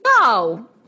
No